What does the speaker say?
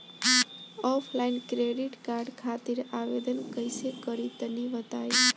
Offline credit card खातिर आवेदन कइसे करि तनि बताई?